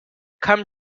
come